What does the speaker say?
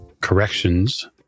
corrections